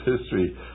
history